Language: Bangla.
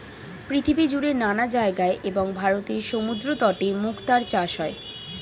পৃথিবীজুড়ে নানা জায়গায় এবং ভারতের সমুদ্রতটে মুক্তার চাষ হয়